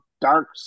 dark